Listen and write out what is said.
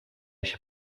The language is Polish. się